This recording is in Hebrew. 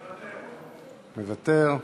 מוותר,